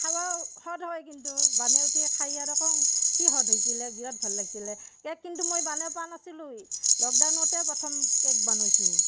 খাব সুৱাদ হয় কিন্তু বনাই উঠি খায় আৰু কওঁ কি সুৱাদ হৈছিলে বিৰাট ভাল লাগিছিলে কেক কিন্তু মই বনাই পোৱা নাছিলোঁ লকডাউনতে প্ৰথম কেক বনাইছোঁ